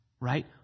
right